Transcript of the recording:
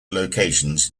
locations